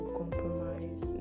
compromise